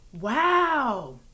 Wow